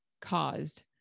caused